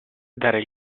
dare